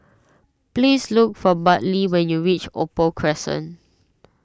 please look for Bartley when you reach Opal Crescent